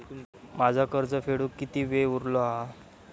माझा कर्ज फेडुक किती वेळ उरलो हा?